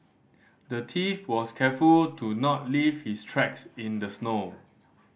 the thief was careful to not leave his tracks in the snow